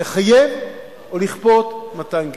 לחייב או לכפות מתן גט.